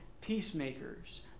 peacemakers